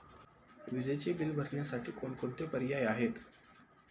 विजेचे बिल भरण्यासाठी कोणकोणते पर्याय आहेत?